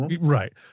Right